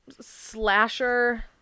slasher